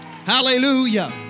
Hallelujah